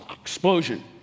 explosion